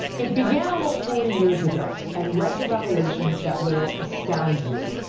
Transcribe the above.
it began almost forty years ago and led to revelations that will astound you.